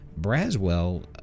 Braswell